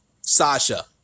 Sasha